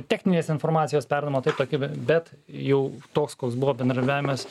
techninės informacijos perdavimo tai tokie bet jau toks koks buvo bendradarbiavimas